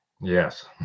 Yes